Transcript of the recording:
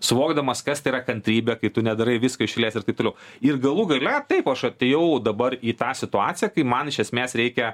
suvokdamas kas tai yra kantrybė kai tu nedarai visko iš eilės ir taip toliau ir galų gale taip aš atėjau dabar į tą situaciją kai man iš esmės reikia